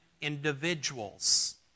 individuals